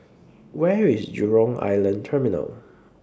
Where IS Jurong Island Terminal